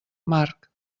marc